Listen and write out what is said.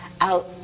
out